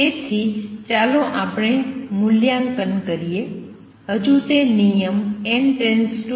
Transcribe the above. તેથી ચાલો આપણે મૂલ્યાંકન કરીએ હજુ તે નિયમ n→ ∞ માં છે